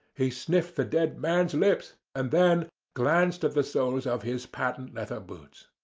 he sniffed the dead man's lips, and then glanced at the soles of his patent leather boots.